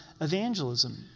evangelism